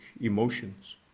emotions